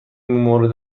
مورد